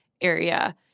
area